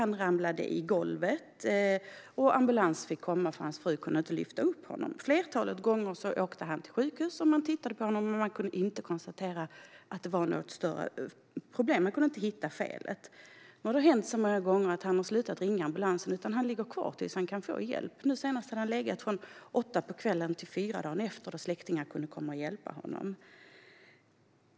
Han ramlade, och ambulans fick tillkallas eftersom hans fru inte kunde lyfta upp honom. Han åkte ett flertal gånger till sjukhuset. De tittade på honom, men de kunde inte hitta något fel. Nu har detta hänt så många gånger att han har slutat ringa efter ambulans utan ligger kvar tills han får hjälp. Nu senast hade han legat från åtta på kvällen till fyra dagen efter, då släktingar kunde komma och hjälpa honom.